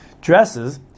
dresses